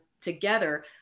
together